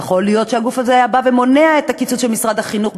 יכול להיות שהגוף הזה היה בא ומונע את הקיצוץ של משרד החינוך,